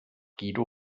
guido